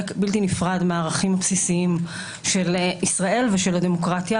בלתי נפרד מהערכים הבסיסיים של ישראל ושל הדמוקרטיה,